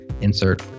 insert